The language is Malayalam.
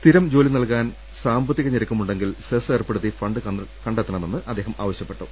സ്ഥിരം ജോലി നൽകാൻ സാമ്പത്തിക ഞെരുക്കമുണ്ടെങ്കിൽ സെസ് ഏർപ്പെ ടുത്തി ഫണ്ട് കണ്ടെത്തണമെന്ന് അദ്ദേഹം ആവശ്യപ്പെട്ടു